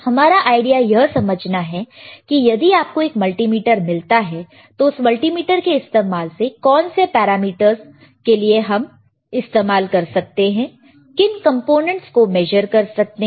हमारा आईडिया यह समझना है कि यदि आपको एक मल्टीमीटर मिलता है तो उस मल्टीमीटर का इस्तेमाल कौन से पैरामीटर्स के लिए कर सकते हैं किन कंपोनेंट्स को मेजर कर सकते हैं